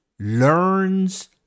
Learns